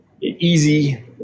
easy